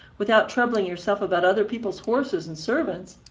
without troubling yourself about other people's horses and servants.